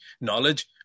knowledge